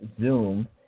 Zoom